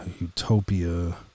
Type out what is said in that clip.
Utopia